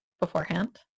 Beforehand